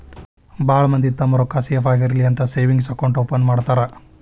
ಭಾಳ್ ಮಂದಿ ತಮ್ಮ್ ರೊಕ್ಕಾ ಸೇಫ್ ಆಗಿರ್ಲಿ ಅಂತ ಸೇವಿಂಗ್ಸ್ ಅಕೌಂಟ್ ಓಪನ್ ಮಾಡ್ತಾರಾ